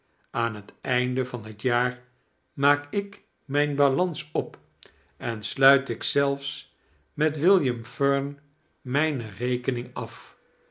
aan het einde van het jaar maak ik mijn balans op en shut ik zelfs met wilmam fern mijne rekening af